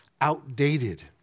outdated